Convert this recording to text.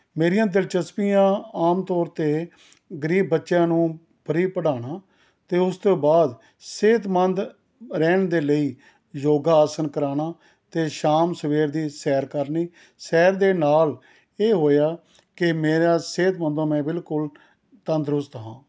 ਮੇਰੀਆਂ ਦਿਲਚਸਪੀਆਂ ਆਮ ਤੌਰ 'ਤੇ ਗਰੀਬ ਬੱਚਿਆਂ ਨੂੰ ਫ੍ਰੀ ਪੜ੍ਹਾਉਣਾ ਅਤੇ ਉਸ ਤੋਂ ਬਾਅਦ ਸਿਹਤਮੰਦ ਰਹਿਣ ਦੇ ਲਈ ਯੋਗਾ ਆਸਨ ਕਰਵਾਉਣਾ ਅਤੇ ਸ਼ਾਮ ਸਵੇਰ ਦੀ ਸੈਰ ਕਰਨੀ ਸੈਰ ਦੇ ਨਾਲ ਇਹ ਹੋਇਆ ਕਿ ਮੇਰਾ ਸਿਹਤਮੰਦੋ ਮੈਂ ਬਿਲਕੁਲ ਤੰਦਰੁਸਤ ਹਾਂ